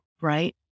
right